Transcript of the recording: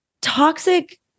toxic